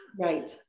Right